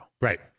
Right